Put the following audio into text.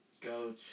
go